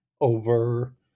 over